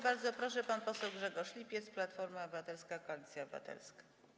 Bardzo proszę, pan poseł Grzegorz Lipiec, Platforma Obywatelska - Koalicja Obywatelska.